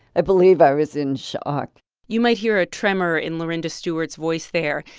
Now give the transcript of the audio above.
i believe i was in shock you might hear a tremor in lorinda stewart's voice there.